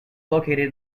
located